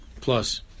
plus